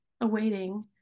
awaiting